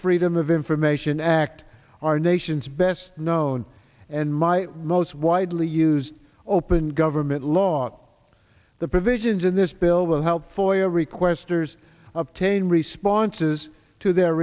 freedom of information act our nation's best known and my most widely used open government law the provisions in this bill will help for your requesters obtain responses to their